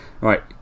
right